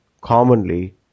commonly